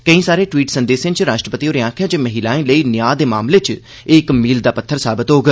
कोई सारे टवीट् संदेसें च राष्ट्रपति होरें आखेआ ऐ जे महिलाएं लेई न्याऽ दे मामले च एह् इक मील दा पत्थर साबत होग